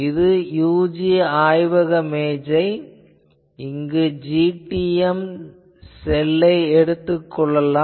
இது UC ஆய்வக மேஜை இங்கு GTEM செல் ஐ எடுத்துக் கொள்ளலாம்